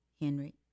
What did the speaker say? Henry